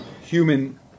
human